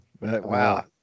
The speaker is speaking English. wow